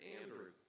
Andrew